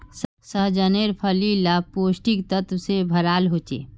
सह्जानेर फली ला पौष्टिक तत्वों से भराल होचे